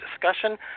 discussion